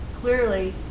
clearly